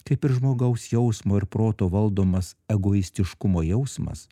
kaip ir žmogaus jausmo ir proto valdomas egoistiškumo jausmas